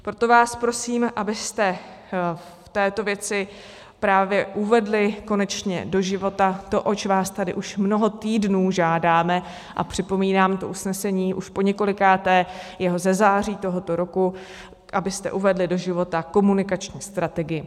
Proto vás prosím, abyste v této věci konečně uvedli do života to, oč vás tady už mnoho týdnů žádáme, a připomínám to usnesení už poněkolikáté, je ze září tohoto roku, abyste uvedli do života komunikační strategii.